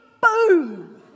Boom